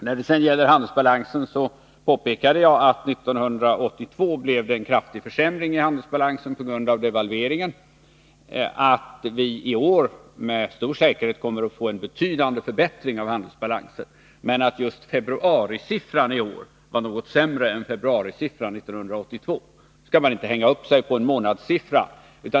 När det gäller handelsbalansen påpekade jag att det 1982 blev en kraftig försämring i handelsbalansen på grund av devalveringen och att vi i år med stor säkerhet kommer att få en betydande förbättring av handelsbalansen, men att just februarisiffran i år var något sämre än februarisiffran 1982. Nu skall man inte hänga upp sig på en månadssiffra.